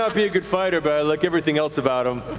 ah be a good fighter, but i like everything else about him.